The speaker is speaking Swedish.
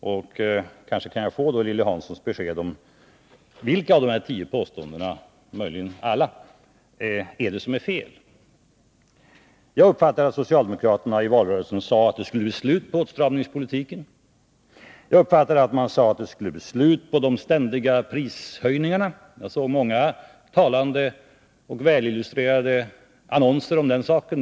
Kanske kan jag sedan få besked från Lilly Hansson om vilka av 93 dessa tio påståenden som är felaktiga eller om möjligen alla är det. Jag uppfattade att socialdemokraterna i valrörelsen sade att det skulle bli slut på åtstramningspolitiken. Jag uppfattade även att man sade att det skulle bli slut på de ständiga prishöjningarna. Jag såg många talande och välillustrerade annonser om den saken.